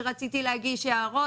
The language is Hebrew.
שרציתי להגיש הערות,